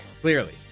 Clearly